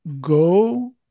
go